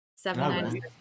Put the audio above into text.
Seven